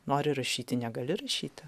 nori rašyti negali rašyti